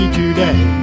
today